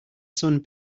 sun